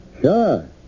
Sure